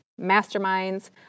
masterminds